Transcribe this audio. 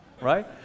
right